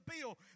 bill